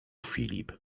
filip